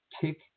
kick